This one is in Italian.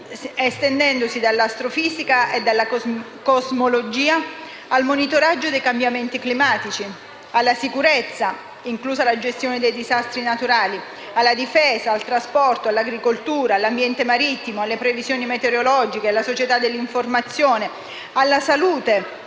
estendendosi dall'astrofisica e dalla cosmologia al monitoraggio dei cambiamenti climatici, alla sicurezza (inclusa la gestione dei disastri naturali), alla difesa, al trasporto, all'agricoltura, all'ambiente marittimo, alle previsioni meteorologiche, alla società dell'informazione, alla salute,